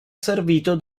servito